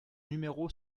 numéro